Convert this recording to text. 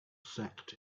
sacked